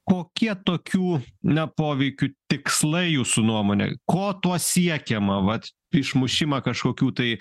kokie tokių na poveikių tikslai jūsų nuomone ko tuo siekiama vat išmušimą kažkokių tai